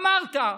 אמרת,